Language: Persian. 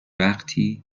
وقتی